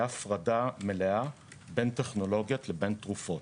הפרדה מלאה בין טכנולוגיות לבין תרופות.